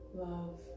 Love